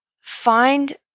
find